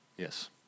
Yes